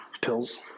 pills